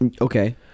Okay